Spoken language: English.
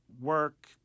work